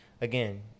Again